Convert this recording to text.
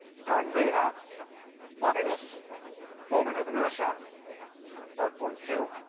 sine beta minus moment of inertia about point q,